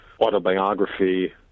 autobiography